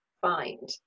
find